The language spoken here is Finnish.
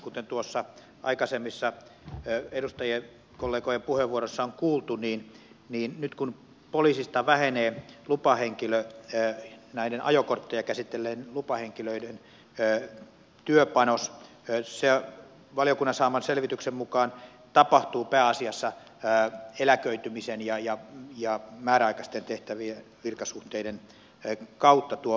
kuten aikaisemmissa edustajakollegojen puheenvuoroissa on kuultu niin nyt kun poliisista vähenee näiden ajokortteja käsitelleiden lupahenkilöiden työpanos se valiokunnan saaman selvityksen mukaan tapahtuu pääasiassa eläköitymisen ja määräaikaisten virkasuhteiden kautta